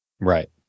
Right